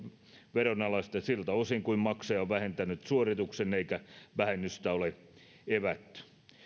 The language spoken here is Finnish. veronalaista siltä osin kuin maksaja on vähentänyt suorituksen eikä vähennystä ole evätty